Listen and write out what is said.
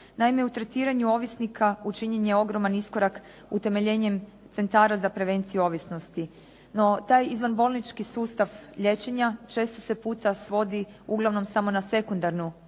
Naime, u tretiranju ovisnika učinjen je ogroman iskorak utemeljenjem centara za prevenciju ovisnosti. No, taj izvanbolnički sustav liječenja često se puta svodi uglavnom samo na sekundarnu